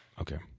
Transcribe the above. Okay